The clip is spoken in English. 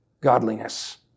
godliness